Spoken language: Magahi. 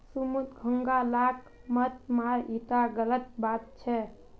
सुमित घोंघा लाक मत मार ईटा गलत बात छ